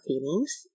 feelings